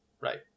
Right